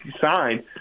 signed –